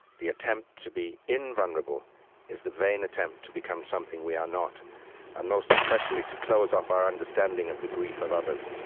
the attempt to be invulnerable is the vain attempt to become something we are not and most especially, to close off our understanding of the grief of others.